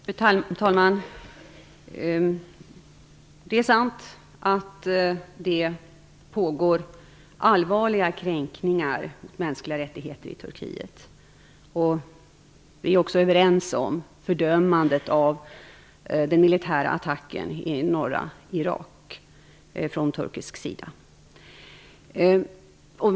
Fru talman! Det är sant att det pågår allvarliga kränkningar av mänskliga rättigheter i Turkiet. Vi är överens om fördömandet av den militära attacken i norra Irak från turkisk sida.